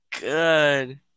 Good